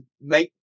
make